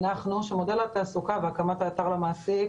הנחנו שמודל התעסוקה והקמת האתר למעסיק